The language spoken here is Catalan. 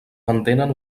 mantenen